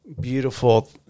beautiful